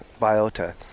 biota